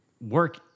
work